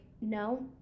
no